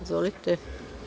Izvolite.